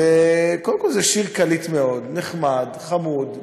קודם כול, זה שיר קליט מאוד, נחמד, חמוד.